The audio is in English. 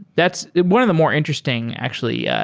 that's one of the more interesting actually, yeah